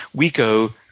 we go,